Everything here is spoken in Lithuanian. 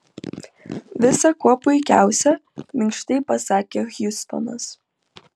visa kuo puikiausia minkštai pasakė hjustonas